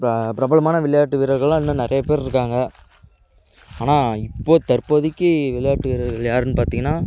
இப்போ பிரபலமான விளையாட்டு வீரர்கள்லாம் இன்னும் நிறையா பேர் இருக்காங்க ஆனால் இப்போது தற்போதைக்கி விளையாட்டு வீரர்கள் யாருன்னு பார்த்திங்கன்னா